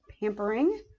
pampering